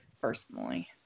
personally